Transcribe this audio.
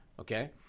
Okay